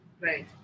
Right